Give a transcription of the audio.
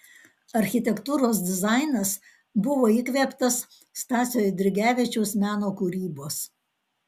architektūros dizainas buvo įkvėptas stasio eidrigevičiaus meno kūrybos